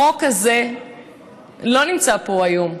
החוק הזה לא נמצא פה היום,